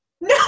No